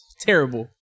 Terrible